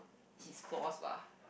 his flaws bah